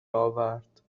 اورد